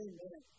Amen